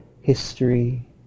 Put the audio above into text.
history